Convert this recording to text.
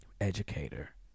Educator